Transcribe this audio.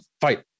Fight